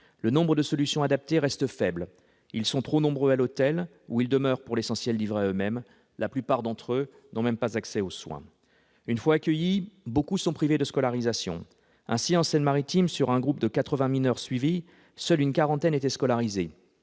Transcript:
Le nombre de solutions adaptées reste faible ; ils sont trop nombreux à l'hôtel où ils demeurent pour l'essentiel livrés à eux-mêmes, la plupart d'entre eux n'ont même pas accès aux soins. Une fois accueillis, beaucoup sont privés de scolarisation. Ainsi, en Seine-Maritime, sur un groupe de 80 mineurs suivis, seule une quarantaine étaient scolarisés,